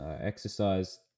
Exercise